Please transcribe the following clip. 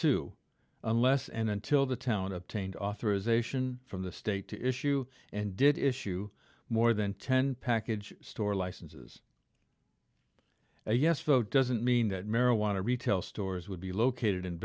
two unless and until the town attained authorization from the state to issue and did issue more than ten package store licenses a yes vote doesn't mean that marijuana retail stores would be located